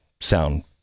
sound